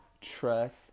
trust